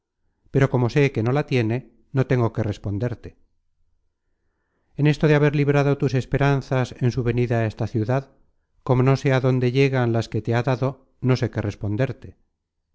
pero como sé que no la tiene no tengo qué responderte en esto de haber librado tus esperanzas en su venida á esta ciudad como no sé á dónde llegan las que te ha dado no sé qué responderte